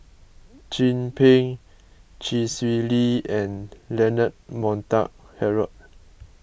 Chin Peng Chee Swee Lee and Leonard Montague Harrod